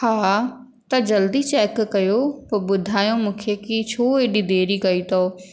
हा हा त जल्दी चेक कयो पोइ ॿुधायो मूंखे की छो एॾी देरी कई अथव